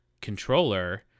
controller